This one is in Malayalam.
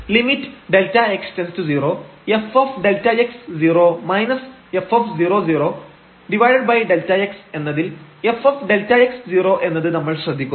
lim┬Δx→0 fΔx 0 f00Δx എന്നതിൽ fΔx 0 എന്നത് നമ്മൾ ശ്രദ്ധിക്കുന്നു